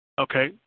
Okay